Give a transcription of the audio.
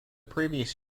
previous